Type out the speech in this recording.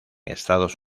estados